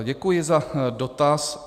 Děkuji za dotaz.